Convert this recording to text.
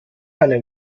einem